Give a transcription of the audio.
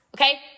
okay